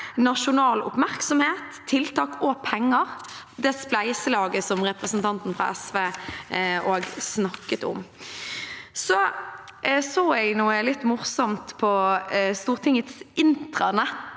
nasjonal oppmerksomhet, tiltak og penger – det spleiselaget som representanten fra SV snakket om. Jeg så noe litt morsomt på Stortingets intranett